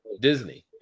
Disney